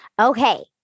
Okay